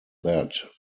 that